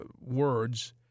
words